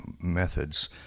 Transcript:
methods